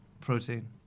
Protein